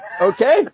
Okay